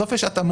בסוף יש התאמות